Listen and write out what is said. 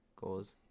goals